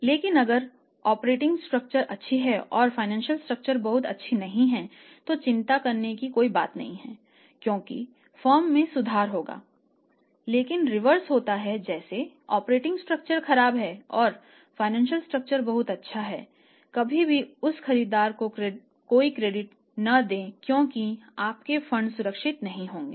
लेकिन अगर operating structure अच्छी है और वित्तीय स्ट्रक्चर बहुत अच्छी नहीं है तो चिंता करने की कोई बात नहीं है क्योंकि फर्म में सुधार होगा लेकिन रिवर्स होता हैजैसे कि ऑपरेटिंग स्ट्रक्चर खराब है और वित्तीय स्ट्रक्चर बहुत अच्छी है कभी भी उस खरीदार को कोई क्रेडिट न दें क्योंकि आपके फंड सुरक्षित नहीं होंगे